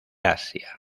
asia